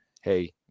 hey